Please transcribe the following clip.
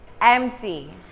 empty